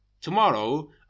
Tomorrow